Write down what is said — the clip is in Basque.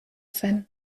zen